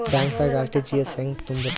ಬ್ಯಾಂಕ್ದಾಗ ಆರ್.ಟಿ.ಜಿ.ಎಸ್ ಹೆಂಗ್ ತುಂಬಧ್ರಿ?